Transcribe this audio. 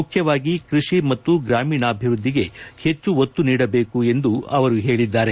ಮುಖ್ಯವಾಗಿ ಕೃಷಿ ಮತ್ತು ಗ್ರಾಮೀಣಾಭಿವೃದ್ಧಿಗೆ ಹೆಚ್ಚು ಒತ್ತು ನೀಡಬೇಕು ಎಂದು ಹೇಳಿದ್ದಾರೆ